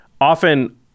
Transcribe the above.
often –